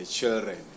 children